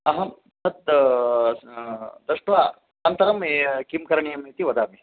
अहं तत् दृष्ट्वा अनन्तरं किं करणीयमिति वदामि